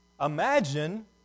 Imagine